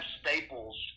staples